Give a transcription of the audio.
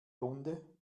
runde